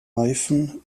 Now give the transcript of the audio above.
reifen